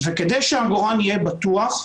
וכדי שהעגורן יהיה בטוח,